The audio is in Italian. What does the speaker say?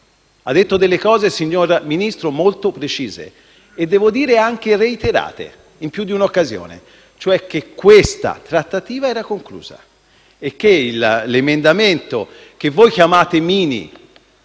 ha detto delle cose molto precise e - devo dire - anche reiterate in più di un'occasione. Egli ha detto che questa trattativa era conclusa e che l'emendamento che voi chiamate mini